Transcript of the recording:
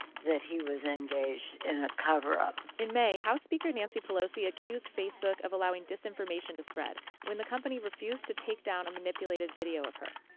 that he was engaged in a cover up. in may, house speaker nancy pelosi accused facebook of allowing disinformation to spread when the company refused to take down a manipulated video of her.